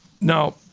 now